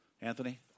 Anthony